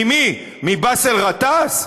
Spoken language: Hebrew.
ממי, מבאסל גטאס?